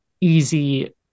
easy